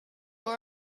was